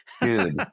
Dude